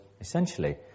essentially